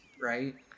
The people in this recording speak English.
right